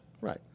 right